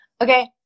Okay